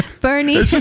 Bernie